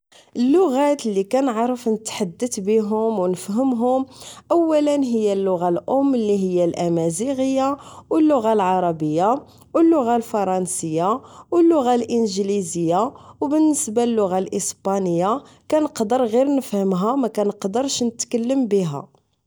اللغات لي كنعرف نتحدث بيهوم أو نفهمهم أولا هي اللغة الأم لي هي الأمازيغية أو اللغة العربية أو اللغة الفرنسية أو اللغة الإنجليزية أو بالنسبة للغة الإسبانية كنقدر غير نفهمها مكنقدرش نتكلم بها